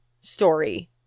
story